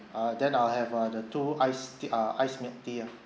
uh then I'll have uh the two iced tea uh iced milk tea ah